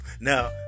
Now